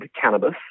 cannabis